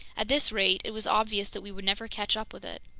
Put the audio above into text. at this rate, it was obvious that we would never catch up with it.